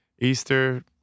Easter